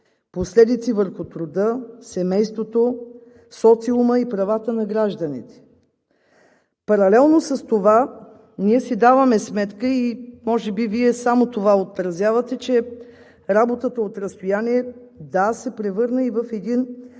последиците върху труда, семейството, социума и правата на гражданите. Паралелно с това ние си даваме сметка – и може би Вие само това отразявате, че работата от разстояние, да, се превърна и в един